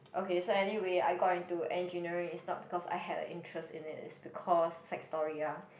okay so anyway I got into engineering is not because I had a interest in it is because sad story ah